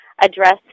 address